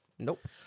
Nope